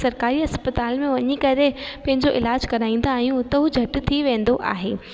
सरकारी अस्पताल में वञी करे पंहिंजो इलाज कराईंदा आहियूं त उहो झट थी वेंदो आहे